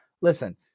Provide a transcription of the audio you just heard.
listen